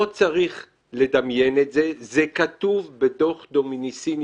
לא צריך לדמיין את זה, זה כתוב בדוח דומיניסיני.